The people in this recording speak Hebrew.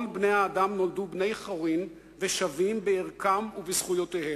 "כל בני האדם נולדו בני חורין ושווים בערכם ובזכויותיהם.